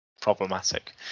Problematic